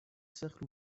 cercles